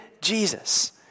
Jesus